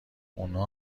اونها